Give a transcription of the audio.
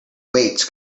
weights